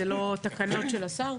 אלו לא תקנות של השר?